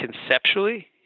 conceptually